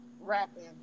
Rapping